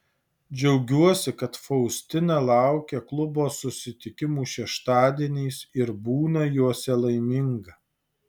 džiaugiuosi kad faustina laukia klubo susitikimų šeštadieniais ir būna juose laiminga